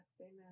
Amen